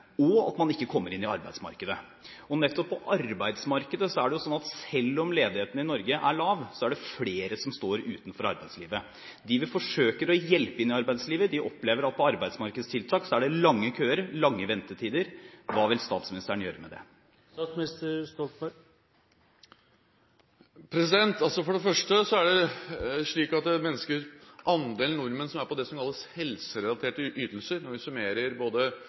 og at man ikke kommer inn på arbeidsmarkedet. Nettopp på arbeidsmarkedet er det slik at selv om ledigheten i Norge er lav, er det flere som står utenfor arbeidslivet. De vi forsøker å hjelpe inn i arbeidslivet, opplever at på arbeidsmarkedstiltak er det lange køer, lange ventetider. Hva vil statsministeren gjøre med det? For det første er det slik at andelen nordmenn som er på det som kalles helserelaterte ytelser, når vi summerer både